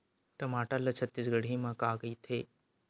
टमाटर ला छत्तीसगढ़ी मा का कइथे?